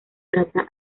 trata